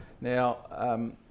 Now